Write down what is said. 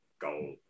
goal